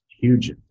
huge